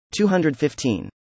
215